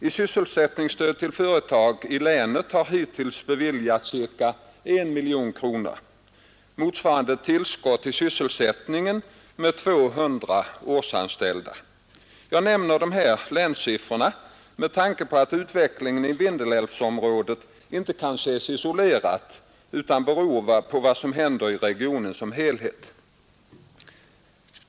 I sysselsättningsstöd till företag i Västerbottens län har hittills beviljats ca 1 miljon kronor, motsvarande ett tillskott i sysselsättningen med 200 årsanställda. Jag nämner dessa länssiffror med tanke på att utvecklingen i Vindelälvsområdet inte kan ses isolerad utan beror av vad som händer i regionen som helhet.